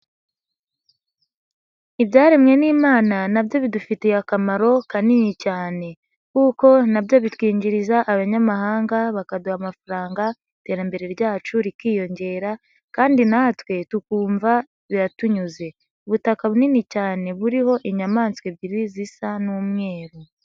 Ibyaremwe n'imana nabyo bidufitiye akamaro kanini cyane, kuko nabyo bitwinjiriza abanyamahanga bakaduha amafaranga iterambere ryacu rikiyongera kandi natwe tukumva biratunyuze. Ubutaka bunini cyane buriho inyamaswa ebyiri zisa n'umweruru.